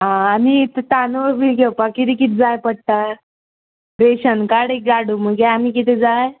आं आनी तानूळ बी घेवपाक किदें किद जाय पडटा रेशन कार्ड एक हाडूं मगे आनी किदें जाय